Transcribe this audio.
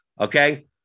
Okay